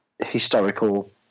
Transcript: historical